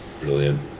Brilliant